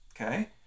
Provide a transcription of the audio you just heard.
Okay